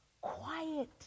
quiet